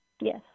yes